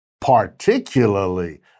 particularly